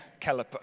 caliper